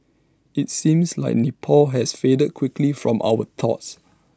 IT seems like Nepal has faded quickly from our thoughts